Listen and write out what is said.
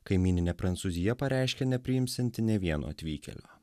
kaimyninė prancūzija pareiškė nepriimsianti nė vieno atvykėlio